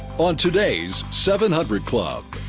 on today's seven hundred club.